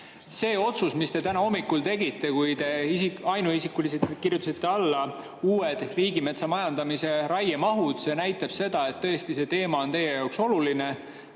see otsus, mis te täna hommikul tegite, kui te ainuisikuliselt kirjutasite alla uued Riigimetsa Majandamise raiemahud, näitab seda, et see teema on teie jaoks tõesti